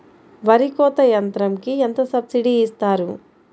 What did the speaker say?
వరి కోత యంత్రంకి ఎంత సబ్సిడీ ఇస్తారు?